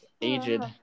aged